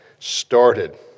Started